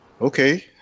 okay